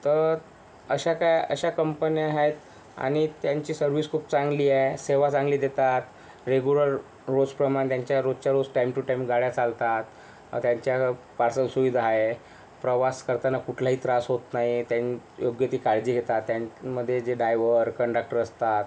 तर अशा त्या अशा कंपन्या आहेत आणि त्यांची सर्व्हिस खूप चांगली आहे सेवा चांगली देतात रेग्युलर रूल्सप्रमाणे त्यांच्या रोजच्या रोज टाइम टू टाइम गाड्या चालतात त्यांच्या पार्सल सुविधा आहेत प्रवास करताना कुठलाही त्रास होत नाही त्या योग्य ती काळजी घेतात त्यामध्ये जे डायव्हर कंडक्टर असतात